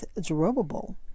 Jeroboam